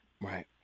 Right